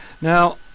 Now